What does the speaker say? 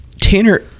Tanner